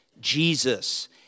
Jesus